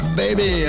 baby